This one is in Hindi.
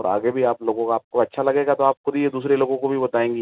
और आगे भी अच्छा लगेगा तो आप खुद ही दूसरे लोगों को भी बताएंगी